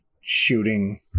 shooting